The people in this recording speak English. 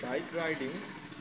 bike riding